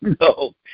no